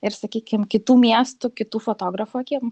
ir sakykim kitų miestų kitų fotografų akim